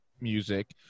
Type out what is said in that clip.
music